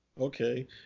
Okay